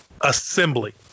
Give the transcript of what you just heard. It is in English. assembly